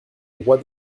droit